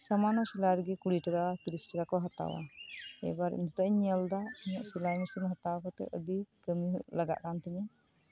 ᱥᱟᱢᱟᱱᱱᱚ ᱥᱮᱞᱟᱭ ᱨᱮᱜᱮ ᱠᱩᱲᱤ ᱴᱟᱠᱟ ᱛᱤᱨᱤᱥ ᱴᱟᱠᱟᱠᱚ ᱦᱟᱛᱟᱣᱟ ᱮᱵᱟᱨ ᱱᱮᱛᱚᱜ ᱤᱧ ᱧᱮᱞ ᱮᱫᱟ ᱤᱧᱟᱹᱜ ᱥᱮᱞᱟᱭ ᱢᱮᱥᱤᱱ ᱦᱟᱛᱟᱣ ᱠᱟᱛᱮᱫ ᱱᱤᱛᱚᱜ ᱟᱹᱰᱤ ᱠᱟᱹᱢᱤᱨᱮ ᱞᱟᱜᱟᱜ ᱠᱟᱱᱛᱤᱧᱟᱹ